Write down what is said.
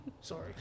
Sorry